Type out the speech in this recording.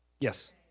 Yes